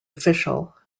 official